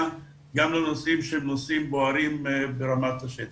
גם לנושאים שהם נושאים בוערים ברמת השטח.